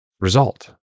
result